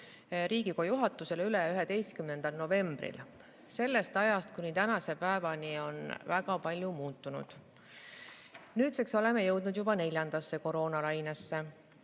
Riigikogu juhatusele üle 11. novembril ja sellest ajast kuni tänase päevani on väga palju muutunud. Nüüdseks oleme jõudnud juba neljandasse koroonalainesse.